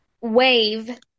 wave